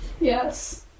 Yes